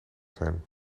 zijn